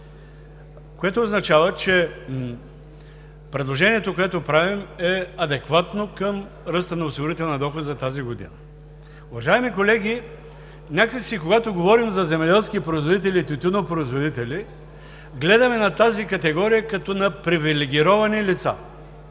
Това означава, че предложението, което правим, е адекватно към ръста на осигурителния доход за тази година. Уважаеми колеги, някак си, когато говорим за земеделски производители и тютюнопроизводители, гледаме на тази категория като на привилегировани лица.